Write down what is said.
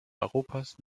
europas